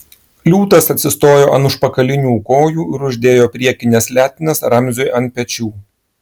liūtas atsistojo ant užpakalinių kojų ir uždėjo priekines letenas ramziui ant pečių